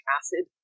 acid